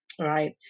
right